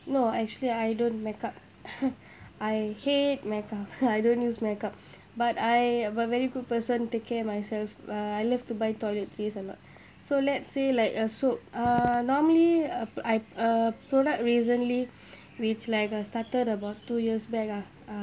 no actually I don't makeup I hate makeup I don't use makeup but I a very good person take care myself uh I love to buy toiletries a lot so let's say like a soap uh normally a I a product recently which like I started about two years back ah uh